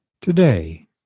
Today